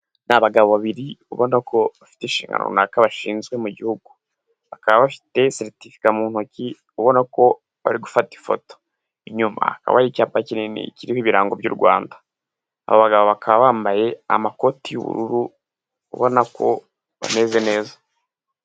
Abagabo babiri ubona ko bafite inshingano runaka bashinzwe mu gihugu, bakaba bafite seritifika mu ntoki, ubona ko bari gufata ifoto, inyuma hakaba hari icyapa kinini kiriho ibirango by'u Rwanda, aba bagabo bakaba bambaye amakoti y'ubururu ubona ko bameze neza.